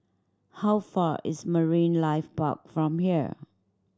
how far is Marine Life Park from here